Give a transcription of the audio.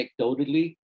anecdotally